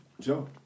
Joe